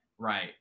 Right